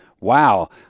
wow